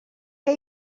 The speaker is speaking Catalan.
què